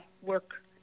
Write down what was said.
work